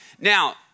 Now